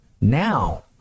now